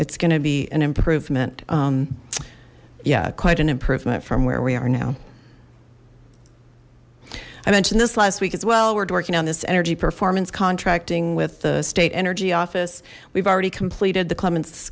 it's going to be an improvement yeah quite an improvement from where we are now i mentioned this last week as well weird working on this energy performance contracting with the state energy office we've already completed the clements